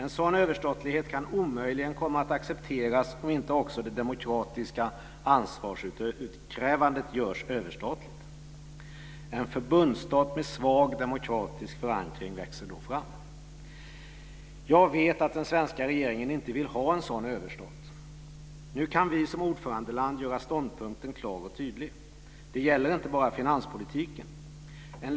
En sådan överstatlighet kan omöjligen komma att accepteras om inte också det demokratiska ansvarsutkrävandet görs överstatligt. En förbundsstat med svag demokratisk förankring växer då fram. Jag vet att den svenska regeringen inte vill ha en sådan överstat. Nu kan vi som ordförandeland göra ståndpunkten klar och tydlig. Det gäller inte bara finanspolitiken.